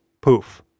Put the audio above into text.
Poof